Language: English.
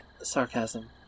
Sarcasm